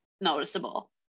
noticeable